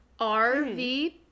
rv